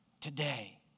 today